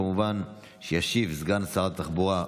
כמובן שישיב סגן שרת התחבורה,